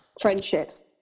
friendships